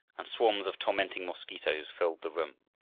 and swarms of tormenting mosquitoes filled the room.